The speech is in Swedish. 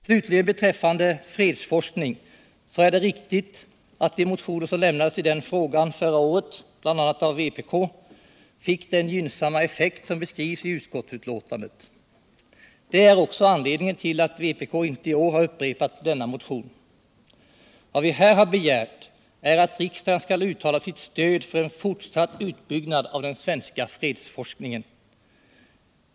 Slutligen beträffande fredsforskningen är det riktigt att de motioner som väcktes i den frågan förra året, bl.a. av vpk, fick den gynnsamma effekt som beskrivs i utskottsbetänkandet. Det är också anledningen till att vpk inte i år har upprepat sin motion i denna fråga. Vad vi här har begärt är att riksdagen skall uttala sitt stöd för en fortsatt utbyggnad av den svenska fredsforskningen.